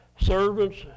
Servants